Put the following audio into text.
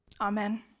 Amen